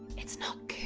it's not good.